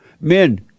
Men